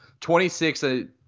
26